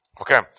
Okay